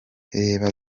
reba